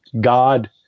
God